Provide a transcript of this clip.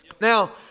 Now